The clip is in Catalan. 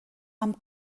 amb